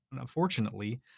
unfortunately